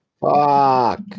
Fuck